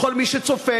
ולכל מי שצופה,